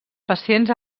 pacients